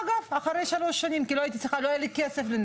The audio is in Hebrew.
בשונה מאצל יואל שמוציא תעודת זהות לעולה ואז הוא סיים את הטיפול בעולה,